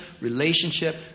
relationship